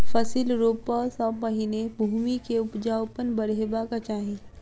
फसिल रोपअ सॅ पहिने भूमि के उपजाऊपन बढ़ेबाक चाही